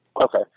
Okay